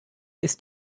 ist